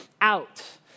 out